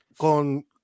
con